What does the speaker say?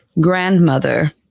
grandmother